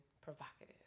provocative